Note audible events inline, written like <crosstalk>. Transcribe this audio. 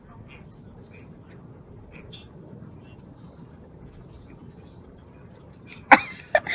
<laughs>